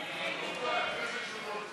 איילת נחמיאס ורבין,